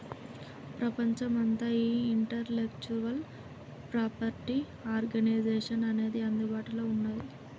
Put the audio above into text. ప్రపంచమంతా ఈ intellectual property organisation అనేది అందుబాటులో ఉన్నది